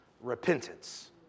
repentance